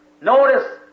Notice